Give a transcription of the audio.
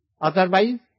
Otherwise